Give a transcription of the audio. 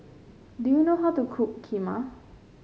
do you know how to cook Kheema